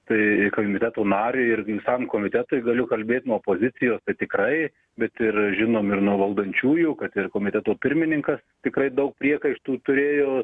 tai kandidatų nariui ir visam komitetui galiu kalbėt nuo policijos tai tikrai bet ir žinom ir nuo valdančiųjų kad ir komiteto pirmininkas tikrai daug priekaištų turėjo